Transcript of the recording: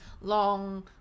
long